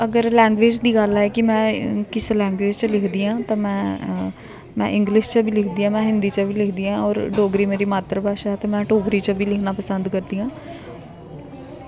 अगर लैंग्वेज दी गल्ल ऐ कि में किस लैंग्वेज च लिखदी आं ते में इंग्लिश च बी लिखदी आं में हिन्दी च बी लिखदी आं ते होर डोगरी मेरी मात्तर भाशा ऐ ते में डोगरी च बी लिखनां पसंद करदी आं